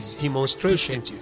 demonstration